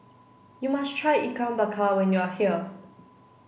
you must try Ikan Bakar when you are here